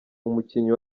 umukinnyi